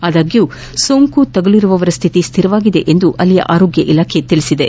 ಆದಾಗ್ಯೂ ಸೋಂಕು ತಗುಲಿರುವವರ ಸ್ಥಿತಿ ಸ್ಥಿರವಾಗಿದೆ ಎಂದು ಅಲ್ಲಿನ ಆರೋಗ್ಯ ಇಲಾಖೆ ತಿಳಿಸಿದೆ